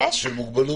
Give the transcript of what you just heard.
יש, יש.